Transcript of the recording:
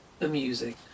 amusing